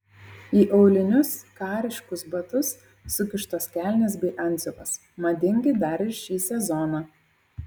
į aulinius kariškus batus sukištos kelnės bei antsiuvas madingi dar ir šį sezoną